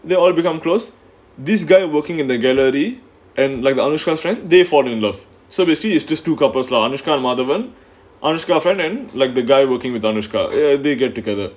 they're all become close this guy working in the gallery and like the anushka friend they fall in love so basically it's just two couples lah anushka and madhavan anushka friend and like the guy working with anushka eh they get together